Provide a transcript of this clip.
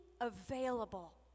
available